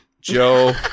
Joe